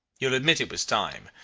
you'll admit it was time.